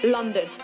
London